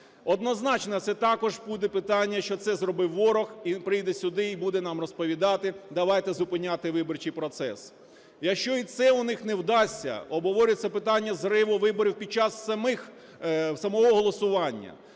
Однозначно це також буде питання, що це зробив ворог, і він прийде сюди і буде нам розповідати: давайте зупиняти виборчий процес. Якщо й це у них не вдасться, обговорюється питання зриву виборів під час самого голосування.